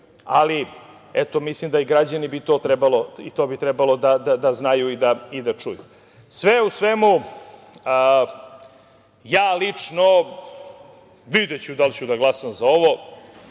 ali mislim da bi i građani to trebalo da znaju i da čuju. Sve u svemu, ja lično ću videti da li ću glasati za ovo.